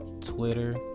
twitter